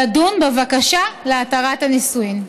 לדון בבקשה להתרת הנישואין".